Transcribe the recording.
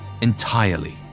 entirely